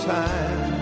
time